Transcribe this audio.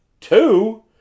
Two